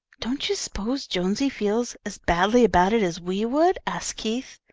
don't you s'pose jonesy feels as badly about it as we would? asked keith.